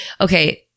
Okay